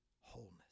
wholeness